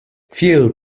fuel